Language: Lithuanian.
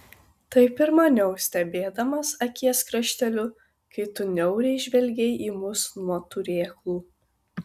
taip ir maniau stebėdamas akies krašteliu kai tu niauriai žvelgei į mus nuo turėklų